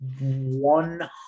one